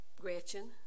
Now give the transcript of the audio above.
Gretchen